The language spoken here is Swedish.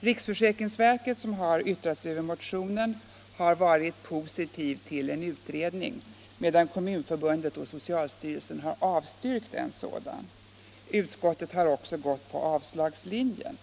Riksförsäkringsverket, som yttrat sig över motionen, har varit positivt till en utredning, medan Kommunförbundet och socialstyrelsen avstyrkt en sådan. Utskottet har också följt avslagslinjen.